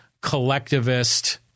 collectivist